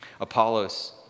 Apollos